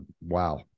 wow